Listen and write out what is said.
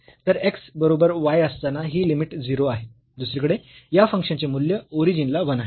तर x बरोबर y असताना ही लिमिट 0 आहे दुसरीकडे या फंक्शन चे मूल्य ओरिजिनला 1 आहे